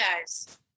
guys